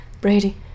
Brady